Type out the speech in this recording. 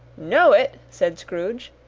know it! said scrooge.